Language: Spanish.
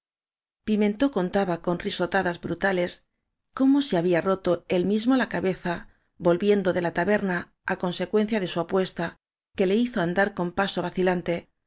pimentó contaba con risota das brutales cómo se había roto él mismo la cabeza volviendo de la taberna á consecuencia de su apuesta que le hizo andar con paso